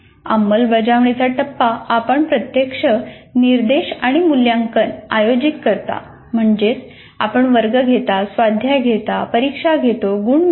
अंमलबजावणीचा टप्पा आपण प्रत्यक्ष निर्देश आणि मूल्यांकन आयोजित करता म्हणजेच आपण वर्ग घेता स्वाध्याय घेता परीक्षा घेतो गुण मिळवतो